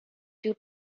two